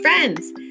friends